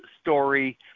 story